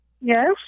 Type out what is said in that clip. Yes